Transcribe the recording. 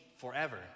forever